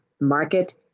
market